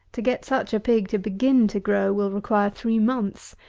to get such a pig to begin to grow will require three months,